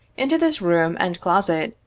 into this room and closet,